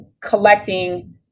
collecting